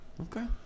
Okay